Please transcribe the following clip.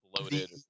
Loaded